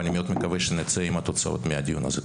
ואני מאוד מקווה שנצא עם תוצאות מהדיון הזה.